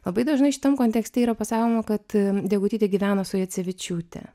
labai dažnai šitam kontekste yra pasakoma kad degutytė gyvena su jacevičiūte